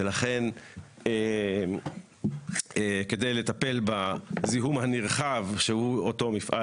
ולכן כדי לטפל בזיהום הנרחב שהוא אותו מפעל